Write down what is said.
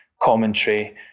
commentary